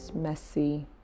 messy